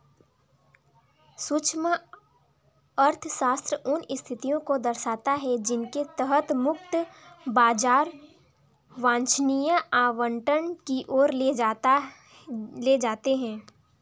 सूक्ष्म अर्थशास्त्र उन स्थितियों को दर्शाता है जिनके तहत मुक्त बाजार वांछनीय आवंटन की ओर ले जाते हैं